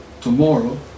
tomorrow